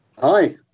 Hi